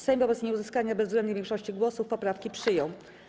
Sejm wobec nieuzyskania bezwzględnej większości głosów poprawki przyjął.